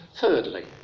Thirdly